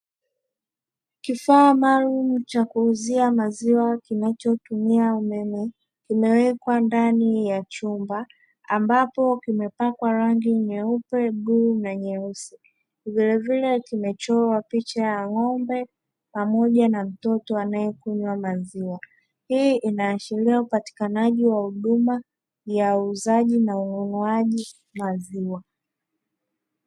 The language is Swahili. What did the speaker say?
Kifaa maalumu cha kuuzia maziwa kinachotumia umeme, kimewekwa ndani ya chumba, ambapo kimepakwa rangi nyeupe, bluu na nyeusi. Vilevile kimechorwa picha ya ng`ombe pamoja na mtoto anayekunywa maziwa. Hii inaashiria upatikanaji wa huduma ya uuzaji na ununuaji maziwa.